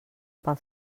pel